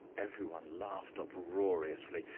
every one laughed uproariously,